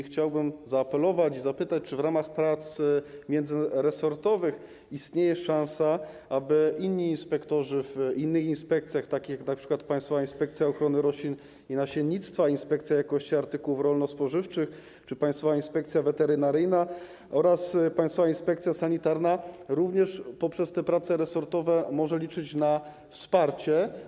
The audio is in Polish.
Chciałbym zaapelować, zapytać, czy w ramach prac międzyresortowych istnieje szansa, aby inni inspektorzy w innych inspekcjach, takich jak np. Państwowa Inspekcja Ochrony Roślin i Nasiennictwa, Inspekcja Jakości Handlowej Artykułów Rolno-Spożywczych, Państwowa Inspekcja Weterynaryjna czy Państwowa Inspekcja Sanitarna, w wyniku tych prac resortowych również mogli liczyć na wsparcie.